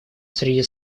среди